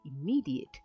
immediate